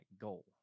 goal